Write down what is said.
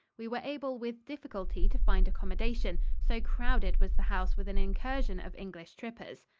we were able with difficulty to find accommodation, so crowded was the house with an incursion of english trippers.